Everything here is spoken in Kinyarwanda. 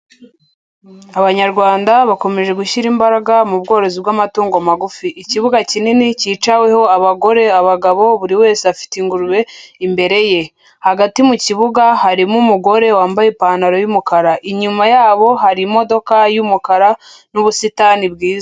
Abanyarwanda bakomeje gushyira imbaraga mu bworozi bw'amatungo magufI. Ikibuga kinini cyicaweho abagore, abagabo, buri wese afite ingurube imbere ye, hagati mu kibuga harimo umugore wambaye ipantaro y'umukara, inyuma yabo hari imodoka y'umukara n'ubusitani bwiza.